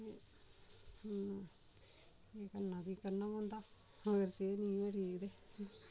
केह् करना फ्ही करना पौंदा अगर सेह्त नेईं होऐ ठीक ते